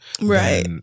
right